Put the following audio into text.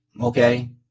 okay